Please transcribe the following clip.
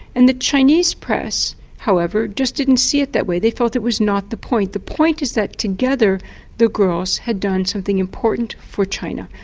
and the chinese press however just didn't see it that way they thought it was not the point. the point is that together the girls had done something important for china.